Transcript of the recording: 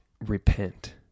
repent